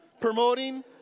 promoting